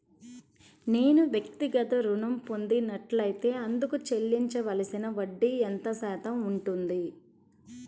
నేను వ్యక్తిగత ఋణం పొందినట్లైతే అందుకు చెల్లించవలసిన వడ్డీ ఎంత శాతం ఉంటుంది?